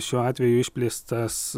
šiuo atveju išplėstas